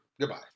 Goodbye